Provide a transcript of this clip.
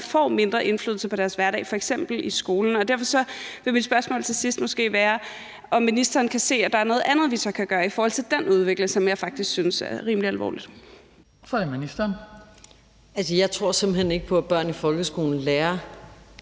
får mindre indflydelse på deres hverdag, f.eks. i skolen. Derfor vil mit spørgsmål til sidst måske være, om ministeren kan se, at der er noget andet, vi så kan gøre i forhold til den udvikling, som jeg faktisk synes er rimelig alvorlig. Kl. 18:29 Den fg. formand (Hans Kristian